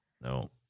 No